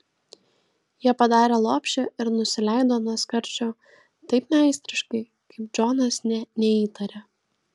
jie padarė lopšį ir nusileido nuo skardžio taip meistriškai kaip džonas nė neįtarė